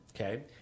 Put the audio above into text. okay